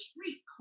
street